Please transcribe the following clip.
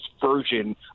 version